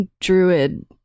druid